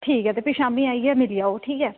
ठीक ऐ ते भी शामीं आह्नियै मिली लैओ